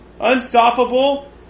Unstoppable